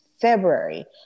February